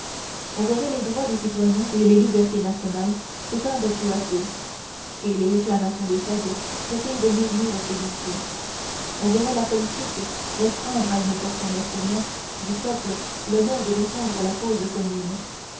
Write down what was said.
on verrait les droits des citoyens et les libertés nationales s'éteindre peu à peu et les réclamations des faibles traitées de murmures séditieux on verrait la politique restreindre à une portion mercenaire du peuple l'honneur de défendre la cause commune